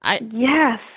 Yes